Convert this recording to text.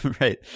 right